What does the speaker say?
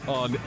on